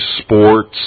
sports